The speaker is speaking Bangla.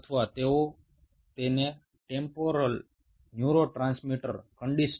একে টেম্পোরাল নিউরোট্রান্সমিটার কন্ডিশনিং বলা হয়